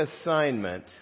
assignment